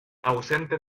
ausente